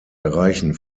erreichen